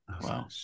wow